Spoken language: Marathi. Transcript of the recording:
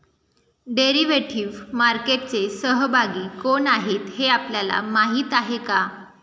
डेरिव्हेटिव्ह मार्केटचे सहभागी कोण आहेत हे आपल्याला माहित आहे का?